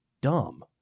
dumb